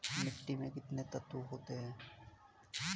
मिट्टी में कितने तत्व होते हैं?